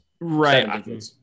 Right